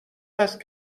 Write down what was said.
است